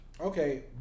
Okay